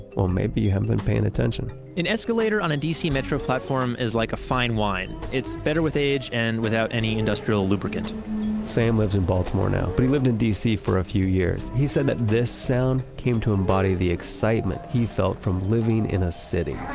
well maybe you haven't been paying attention an escalator on a dc metro platform is like a fine wine. it's better with age and without any industrial lubricant sam lives in baltimore now. but he lived in dc for a few years. he said that this sound came to embody the excitement he felt from living in a city